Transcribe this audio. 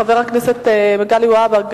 חבר הכנסת מגלי והבה,